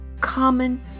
common